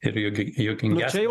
ir juk ir juokingesnę